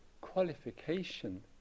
qualification